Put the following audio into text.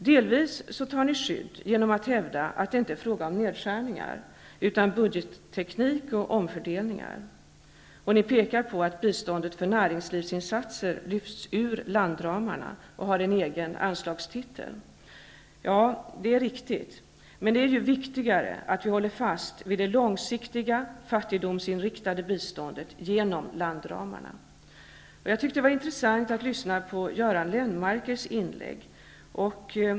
Delvis tar ni skydd genom att hävda att det inte är fråga om nedskärningar, utan om budgetteknik och omfördelningar. Ni pekar på att biståndet för näringslivsinsatser lyfts ur landramarna och har en egen anslagstitel. Ja, det är riktigt. Men det är ju viktigare att hålla fast vid det långsiktiga fattigdomsinriktade biståndet genom landramarna. Jag tyckte att det var intressant att lyssna på Göran Lennmarkers inlägg.